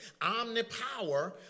omnipower